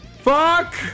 Fuck